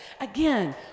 again